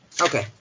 Okay